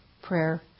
prayer